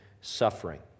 suffering